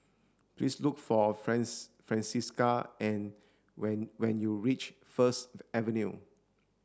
please look for France Francisca and when when you reach First Avenue